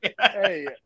Hey